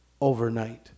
overnight